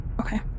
Okay